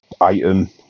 item